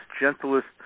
gentlest